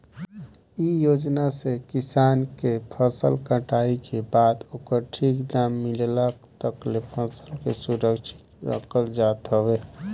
इ योजना से किसान के फसल कटाई के बाद ओकर ठीक दाम मिलला तकले फसल के सुरक्षित रखल जात हवे